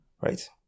right